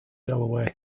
delaware